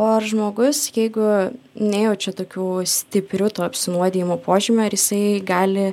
o ar žmogus jeigu nejaučia tokių stiprių to apsinuodijimo požymių ar jisai gali